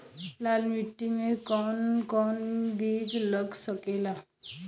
लाल मिट्टी में कौन कौन बीज लग सकेला?